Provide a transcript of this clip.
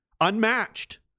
Unmatched